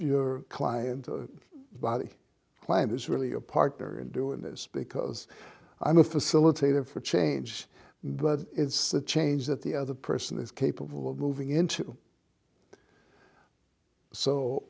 your client body plan is really a partner in doing this because i'm a facilitator for change but it's the change that the other person is capable of moving into so